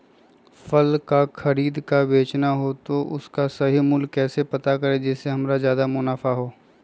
फल का खरीद का बेचना हो तो उसका सही मूल्य कैसे पता करें जिससे हमारा ज्याद मुनाफा हो?